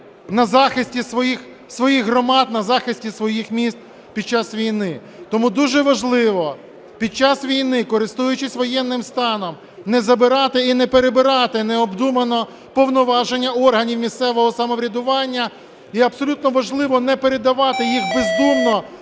на захисті своїх громад, на захисті своїх міст під час війни. Тому дуже важливо під час війни, користуючись воєнним станом, не забирати і не перебирати необдумано повноваження органів місцевого самоврядування, і абсолютно важливо не передавати їх бездумно